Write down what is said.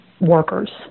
workers